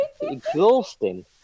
Exhausting